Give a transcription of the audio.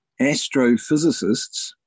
astrophysicists